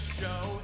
show